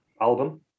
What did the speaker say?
album